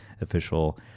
official